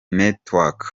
network